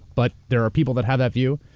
but there are people that have that view.